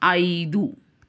ಐದು